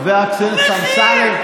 חבר הכנסת אמסלם,